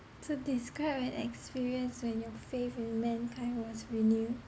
so describe an experience when your faith in mankind was renewed